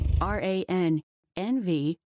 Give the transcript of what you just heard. R-A-N-N-V